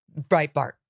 Breitbart